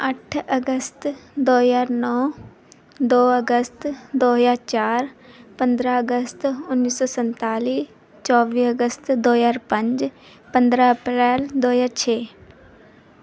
ਅੱਠ ਅਗਸਤ ਦੋ ਹਜ਼ਾਰ ਨੌ ਦੋ ਅਗਸਤ ਦੋ ਹਜ਼ਾਰ ਚਾਰ ਪੰਦਰਾਂ ਅਗਸਤ ਉੱਨੀ ਸੌ ਸੰਤਾਲੀ ਚੌਵੀ ਅਗਸਤ ਦੋ ਹਜ਼ਾਰ ਪੰਜ ਪੰਦਰਾਂ ਅਪ੍ਰੈਲ ਦੋ ਹਜ਼ਾਰ ਛੇ